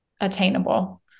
attainable